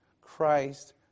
christ